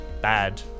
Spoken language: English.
bad